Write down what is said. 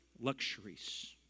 luxuries